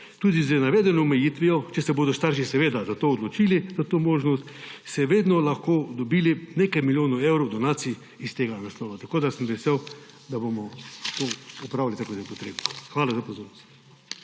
tudi z navedeno omejitvijo, če se bodo starši za to odločili, še vedno lahko dobili nekaj milijonov evrov donacij iz tega naslova. Tako da sem vesel, da bomo to opravili tako, kot je potrebno. Hvala za pozornost.